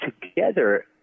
together